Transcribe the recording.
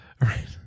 Right